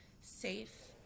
safe